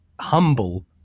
humble